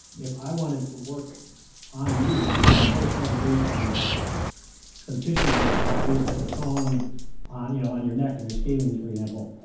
if i wanted to work on you, if i was trying to do some some tissue work to help reset the tone on you know on your neck and your scalings, for example,